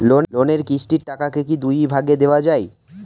লোনের কিস্তির টাকাকে কি দুই ভাগে দেওয়া যায়?